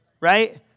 right